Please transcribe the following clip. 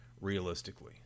realistically